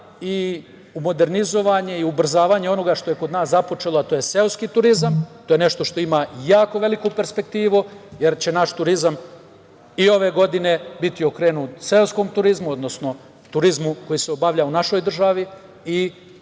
i u modernizovanje i ubrzavanje onoga što je kod nas započelo, a to je seoski turizam, to je nešto što ima jako veliku perspektivu jer će naš turizam i ove godine biti okrenut seoskom turizmu, odnosno turizmu koji se obavlja u našoj državi i